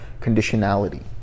conditionality